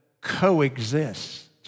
coexist